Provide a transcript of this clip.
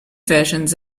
versions